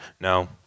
No